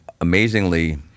amazingly